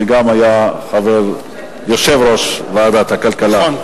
שגם היה יושב-ראש ועדת הכלכלה.